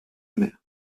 mère